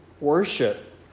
worship